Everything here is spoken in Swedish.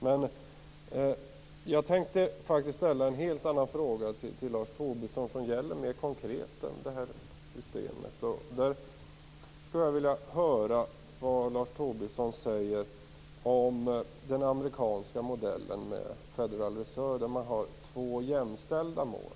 Men jag tänkte ställa en helt annan fråga till Lars Tobisson som mer konkret gäller det här systemet. Jag skulle vilja höra vad Lars Tobisson säger om den amerikanska modellen med Federal Reserve, där man har två jämställda mål.